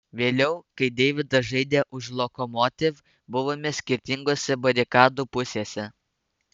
vėliau kai deividas žaidė už lokomotiv buvome skirtingose barikadų pusėse